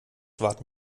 warten